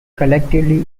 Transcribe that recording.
collectively